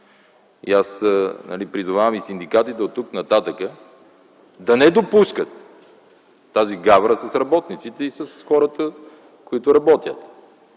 Аз призовавам и синдикатите оттук нататък да не допускат тази гавра с работниците и с хората, които работят.